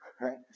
right